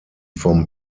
vom